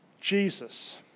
Jesus